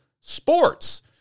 Sports